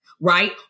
Right